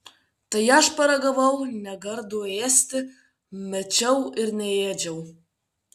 tai aš paragavau negardu ėsti mečiau ir neėdžiau